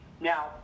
Now